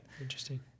Interesting